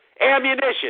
Ammunition